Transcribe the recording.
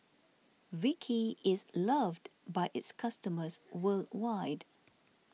Vichy is loved by its customers worldwide